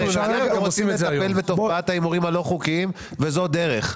אם אנחנו רוצים לטפל בתופעת ההימורים הלא חוקיים וזו דרך.